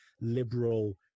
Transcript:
liberal